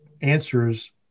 answers